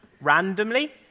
randomly